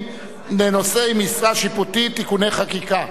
לנושאי משרה שיפוטית (תיקוני חקיקה).